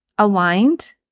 aligned